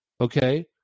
Okay